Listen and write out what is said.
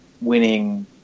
winning